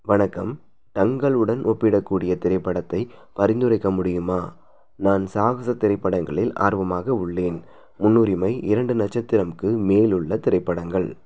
வணக்கம் டங்கல் உடன் ஒப்பிடக்கூடிய திரைப்படத்தைப் பரிந்துரைக்க முடியுமா நான் சாகச திரைப்படங்களில் ஆர்வமாக உள்ளேன் முன்னுரிமை இரண்டு நட்சத்திரம்க்கு மேல் உள்ள திரைப்படங்கள்